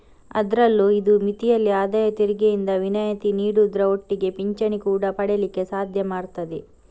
ಅದ್ರಲ್ಲೂ ಇದು ಮಿತಿಯಲ್ಲಿ ಆದಾಯ ತೆರಿಗೆಯಿಂದ ವಿನಾಯಿತಿ ನೀಡುದ್ರ ಒಟ್ಟಿಗೆ ಪಿಂಚಣಿ ಕೂಡಾ ಪಡೀಲಿಕ್ಕೆ ಸಾಧ್ಯ ಮಾಡ್ತದೆ